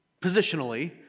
positionally